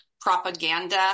propaganda